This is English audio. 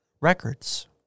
records